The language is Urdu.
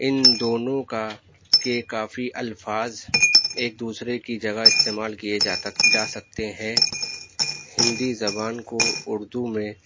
ان دونوں کا کے کافی الفاظ ایک دوسرے کی جگہ استعمال کیے جا تک جا سکتے ہیں ہندی زبان کو اردو میں